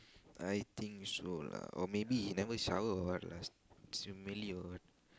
I think so lah or maybe he never shower or what lah s~ smelly or what